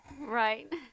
Right